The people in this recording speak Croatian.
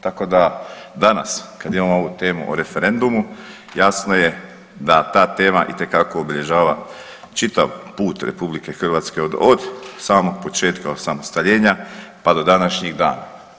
Tako da danas, kad imamo ovu temu o referendumu, jasno je da ta tema itekako obilježava čitav put RH od samog početka osamostaljenja pa do današnji dan.